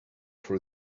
for